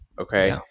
Okay